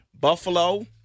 Buffalo